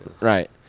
right